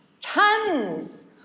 tons